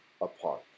apart